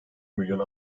milyon